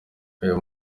uyu